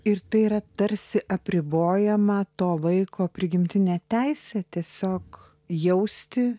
ir tai yra tarsi apribojama to vaiko prigimtinė teisė tiesiog jausti